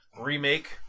remake